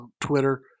Twitter